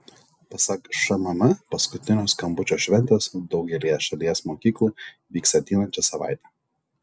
pasak šmm paskutinio skambučio šventės daugelyje šalies mokyklų vyks ateinančią savaitę